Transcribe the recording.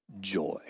joy